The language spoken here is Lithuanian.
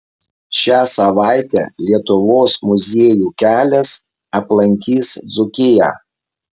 šią savaitę lietuvos muziejų kelias aplankys dzūkiją